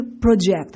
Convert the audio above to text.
project